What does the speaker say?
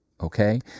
Okay